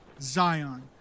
Zion